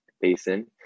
basin